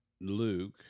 Luke